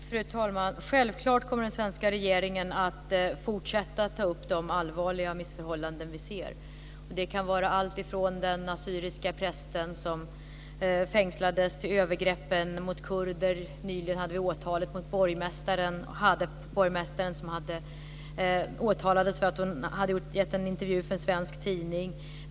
Fru talman! Självklart kommer den svenska regeringen att fortsätta att ta upp de allvarliga missförhållanden som vi ser. Det kan vara alltifrån den assyriske prästen som fängslades till övergreppen mot kurder. Nyligen åtalades en borgmästare därför att hon hade gett en intervju för en svensk tidning.